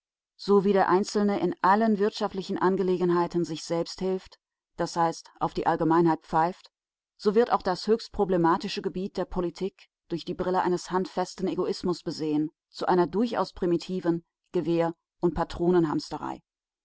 so wie der einzelne in allen wirtschaftlichen angelegenheiten sich selbst hilft das heißt auf die allgemeinheit pfeift so wird auch das höchst problematische gebiet der politik durch die brille eines handfesten egoismus besehen zu einer durchaus primitiven gewehr und